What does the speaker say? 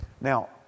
Now